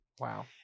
Wow